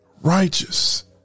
righteous